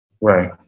Right